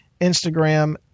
Instagram